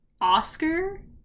Oscar